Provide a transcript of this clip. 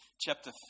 chapter